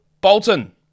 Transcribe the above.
Bolton